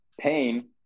pain